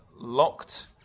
Locked